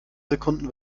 sekunden